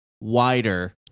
wider